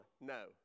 No